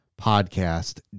podcast